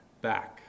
back